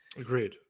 Agreed